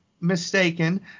mistaken